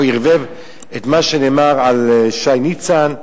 הוא ערבב את מה שנאמר על שי ניצן,